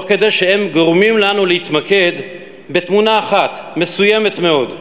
הם גורמים לנו להתמקד בתמונה אחת, מסוימת מאוד,